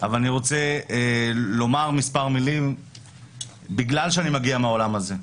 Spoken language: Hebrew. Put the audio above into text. אבל אני רוצה לומר מספר מילים בגלל שאני מגיע מהעולם הזה.